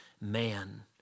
man